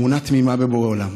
אמונה תמימה בבורא עולם.